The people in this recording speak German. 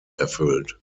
erfüllt